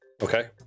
Okay